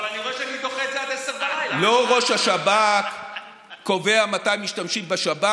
אבל אני רואה שאני דוחה את זה עד 22:00. לא ראש השב"כ קובע מתי משתמשים בשב"כ,